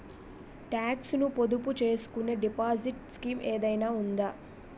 Talks ను పొదుపు చేసుకునే డిపాజిట్ స్కీం ఏదైనా ఉందా?